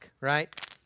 right